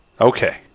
okay